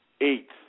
Eight